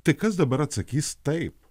tai kas dabar atsakys taip